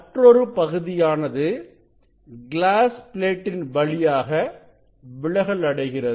மற்றொரு பகுதியானது கிளாஸ் பிளேட்டின் வழியாக விலகல் அடைகிறது